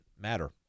matter